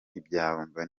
ntibabyumva